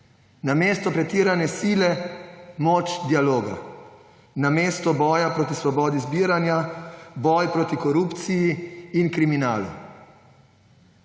Namesto pretirane sile − moč dialoga. Namesto boja proti svobodi zbiranja − boj proti korupciji in kriminalu.